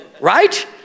right